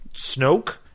Snoke